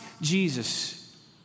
Jesus